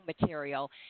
material